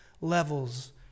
levels